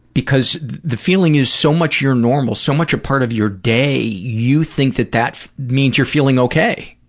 because the feeling is so much your normal, so much a part of your day, you think that that means you're feeling okay,